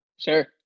sure